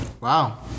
Wow